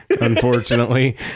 unfortunately